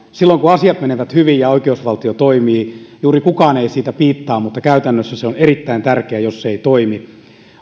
silloin kun asiat menevät hyvin ja oikeusvaltio toimii juuri kukaan ei siitä piittaa mutta käytännössä se on erittäin tärkeää jos se ei toimi